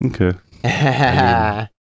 okay